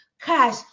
cash